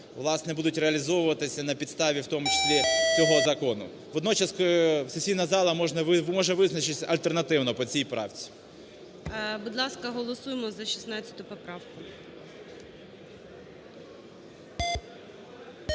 власне, будуть реалізовуватися на підставі, в тому числі цього закону. Водночас сесійна зала може визначитися альтернативно по цій правці. ГОЛОВУЮЧИЙ. Будь ласка, голосуємо за 16 поправку.